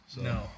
No